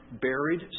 buried